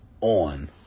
on